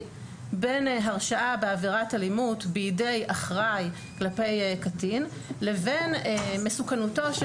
בין הרשעה בעבירת אלימות בידי אחראי כלפי קטין לבין מסוכנותו של